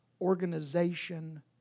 organization